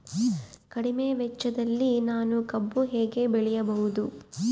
ಕಡಿಮೆ ವೆಚ್ಚದಲ್ಲಿ ನಾನು ಕಬ್ಬು ಹೇಗೆ ಬೆಳೆಯಬಹುದು?